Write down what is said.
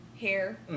hair